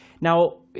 now